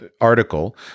article